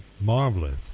marvelous